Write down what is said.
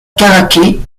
caraquet